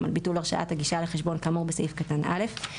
על ביטול הרשאת הגישה לחשבון כאמור בסעיף קטן (א).